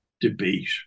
debate